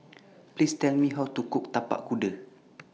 Please Tell Me How to Cook Tapak Kuda